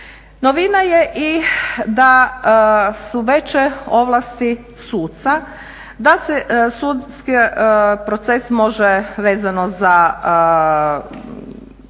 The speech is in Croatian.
Novina je i da su veće ovlasti suca. Da se sudski proces može vezano za